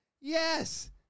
Yes